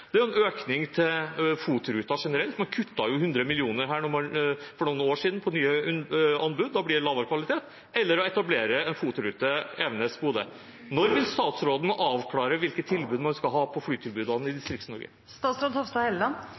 Det er en økning til FOT-ruter generelt – man kuttet jo hundre millioner her for noen år siden på nye anbud, da blir det lavere kvalitet – eller å etablere en FOT-rute Evenes–Bodø. Når vil statsråden avklare hvilke flytilbud man skal ha i Distrikts-Norge? Regjeringen er opptatt av at folk i